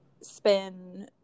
spin